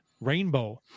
rainbow